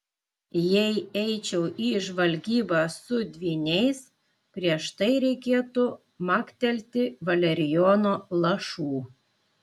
jei eičiau į žvalgybą su dvyniais prieš tai reikėtų maktelti valerijono lašų